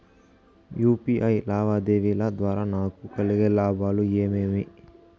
UPI లావాదేవీల ద్వారా నాకు కలిగే లాభాలు ఏమేమీ?